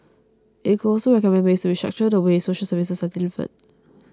it could also recommend ways to restructure the way social services are delivered